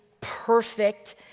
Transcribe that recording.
perfect